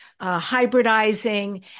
hybridizing